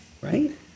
Right